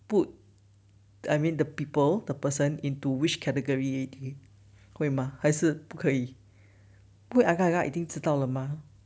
put I mean the people the person into which category 会吗还是不可以可以 agak agak 一定知道了吗